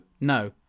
no